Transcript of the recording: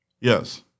yes